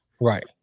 Right